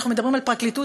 אנחנו מדברים על פרקליטות,